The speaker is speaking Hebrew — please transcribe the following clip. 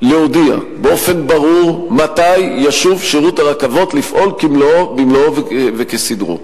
להודיע באופן ברור מתי ישוב שירות הרכבות לפעול במלואו וכסדרו.